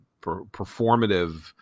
performative